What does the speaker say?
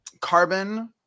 Carbon